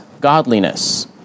godliness